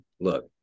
look